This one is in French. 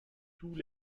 tous